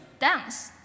dance